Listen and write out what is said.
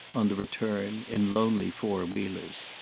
on the return, in lonely four-wheelers.